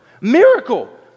Miracle